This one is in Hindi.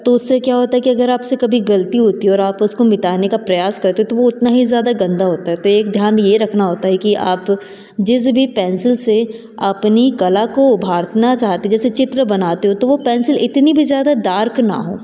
तो उससे क्या होता है कि अगर आपसे कभी गलती होती है और आप उसको मिटाने का प्रयास करते हो तो उतना ही ज़्यादा गंदा होता है तो एक ध्यान यह रखना होता है कि आप जिस भी पेंसिल से अपनी कला को उभारना चाहते जैसे चित्र बनाते हो तो वो पेंसिल इतनी भी ज़्यादा दार्क ना हो